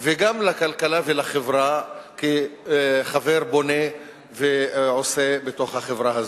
וגם לכלכלה ולחברה, כחבר בונה ועושה בחברה הזאת.